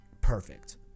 perfect